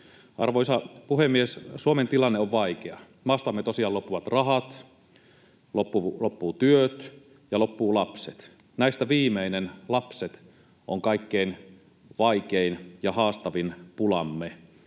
Arvoisa puhemies! Suomen tilanne on vaikea. Maastamme tosiaan loppuvat rahat, loppuvat työt ja loppuvat lapset. Näistä viimeinen, lapset, on kaikkein vaikein ja haastavin pulamme,